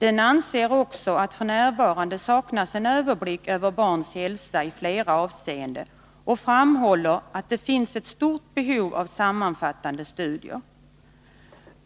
Barnläkarföreningen anser också att det f. n. saknas en överblick över barns hälsa i flera avseenden och framhåller att det finns ett stort behov av sammanfattande studier.